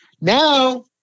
Now